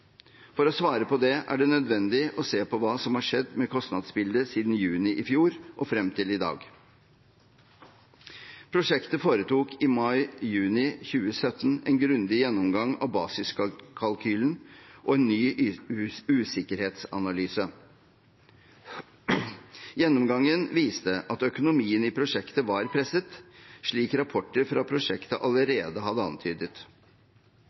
For å svare på det er det nødvendig å se på hva som har skjedd med kostnadsbildet siden juni i fjor og frem til i dag. Prosjektet foretok i mai og juni 2017 en grundig gjennomgang av basiskalkylen og en ny usikkerhetsanalyse. Gjennomgangen viste at økonomien i prosjektet var presset, slik rapporter fra prosjektet allerede hadde antydet.